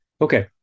Okay